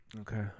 Okay